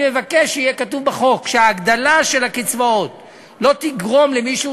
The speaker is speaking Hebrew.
אני מבקש שיהיה כתוב בחוק שההגדלה של הקצבאות לא תגרום למי שהוא